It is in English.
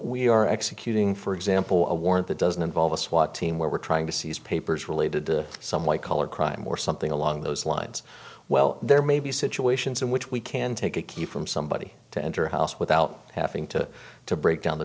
we are executing for example a warrant that doesn't involve a swat team where we're trying to seize papers related to some white collar crime or something along those lines well there may be situations in which we can take a cue from somebody to enter a house without having to to break down the